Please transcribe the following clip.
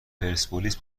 پرسپولیس